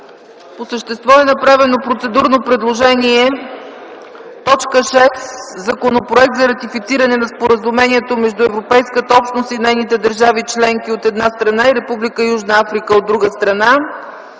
По същество е направено процедурно предложение – т. 6 Законопроект за ратифициране на Споразумението между Европейската общност и нейните държави членки, от една страна, и Република Южна Африка, от друга страна,